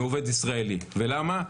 מהעובד הישראלי, ולמה?